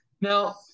Now